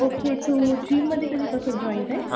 okay तू जीममध्ये कधीपासून जॉईंट आहे